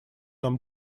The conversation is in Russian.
нам